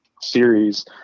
series